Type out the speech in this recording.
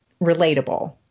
relatable